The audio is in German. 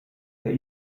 der